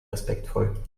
respektvoll